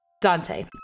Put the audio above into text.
Dante